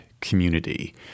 community